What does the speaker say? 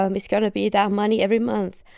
um it's going to be that money every month.